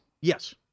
Yes